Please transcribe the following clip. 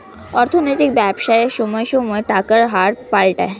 অর্থনৈতিক ব্যবসায় সময়ে সময়ে টাকার হার পাল্টায়